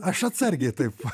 aš atsargiai taip